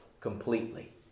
completely